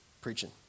preaching